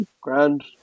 grand